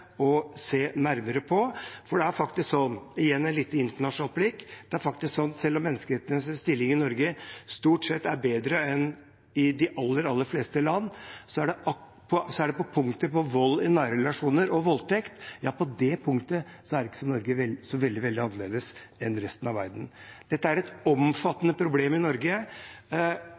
se nærmere på. Igjen et lite internasjonalt blikk: Selv om menneskerettighetenes stilling i Norge stort sett er bedre enn i de aller, aller fleste land, er Norge på området vold i nære relasjoner og voldtekt ikke så veldig, veldig annerledes enn resten av verden. Dette er et omfattende problem i Norge,